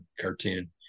cartoon